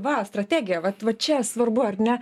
va strategija vat va čia svarbu ar ne